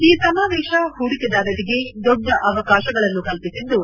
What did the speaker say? ಈ ಸಮಾವೇಶ ಹೂಡಿಕೆದಾರರಿಗೆ ದೊಡ್ಡ ಅವಕಾಶಗಳನ್ನು ಕಲ್ಪಿಸಿದ್ದು